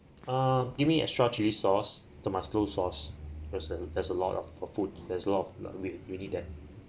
uh give me extra chili sauce tomato sauce there's a there's a lot of of food there's lot of we we need that